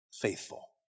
faithful